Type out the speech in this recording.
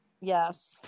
yes